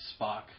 Spock